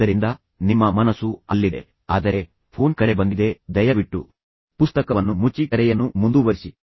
ಆದ್ದರಿಂದ ನಿಮ್ಮ ಮನಸ್ಸು ಅಲ್ಲಿದೆ ಆದರೆ ಫೋನ್ ಕರೆ ಬಂದಿದೆ ದಯವಿಟ್ಟು ಪುಸ್ತಕವನ್ನು ಮುಚ್ಚಿ ಕರೆಯನ್ನು ಮುಂದುವರಿಸಿ